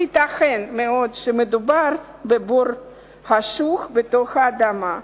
וייתכן מאוד שמדובר בבור חשוך בתוך האדמה,